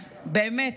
אז באמת,